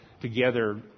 together